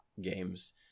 games